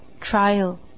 trial